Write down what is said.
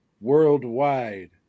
worldwide